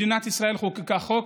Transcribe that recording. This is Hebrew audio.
מדינת ישראל חוקקה חוק,